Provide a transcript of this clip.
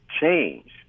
Change